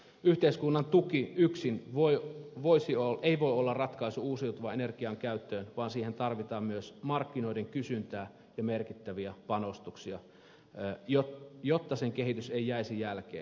yhteiskunnan tuki yksin ei voi olla ratkaisu uusiutuvan energian käyttöön vaan siihen tarvitaan myös markkinoiden kysyntää ja merkittäviä panostuksia jotta sen kehitys ei jäisi jälkeen